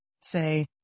say